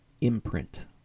imprint